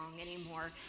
anymore